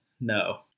No